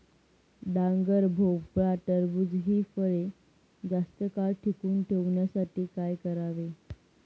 डांगर, भोपळा, टरबूज हि फळे जास्त काळ टिकवून ठेवण्यासाठी काय करावे?